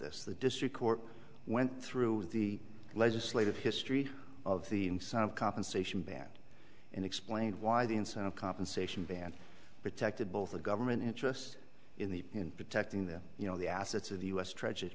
this the district court went through the legislative history of the incentive compensation band and explained why the incentive compensation band protected both the government interest in the in protecting the you know the assets of the us tragedy